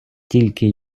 тільки